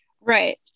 right